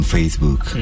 Facebook